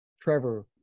Trevor